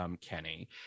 Kenny